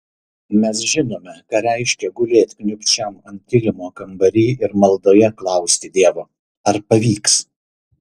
mes žinome ką reiškia gulėt kniūbsčiam ant kilimo kambary ir maldoje klausti dievo ar pavyks